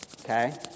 okay